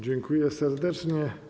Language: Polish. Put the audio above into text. Dziękuję serdecznie.